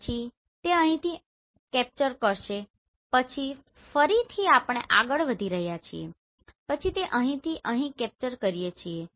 પછી તે અહીંથી અહીંથી કેપ્ચર કરશે પછી ફરીથી આપણે આગળ વધી રહ્યા છીએ પછી તે અહીંથી અહીં કેપ્ચર કરીએ છીએ